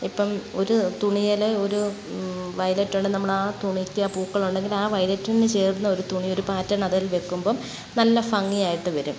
ഇപ്പം ഒരു തുണിയേൽ ഒരു വയലറ്റ് ഉണ്ട് നമ്മളാ തുണിക്ക് ആ പൂക്കളുണ്ടെങ്കിൽ ആ വയലറ്റിനു ചേർന്ന ഒരു തുണി ഒരു പാറ്റേൺ അതിൽ വെക്കുമ്പം നല്ല ഭംഗിയായിട്ടു വരും